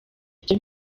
ibyo